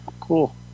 cool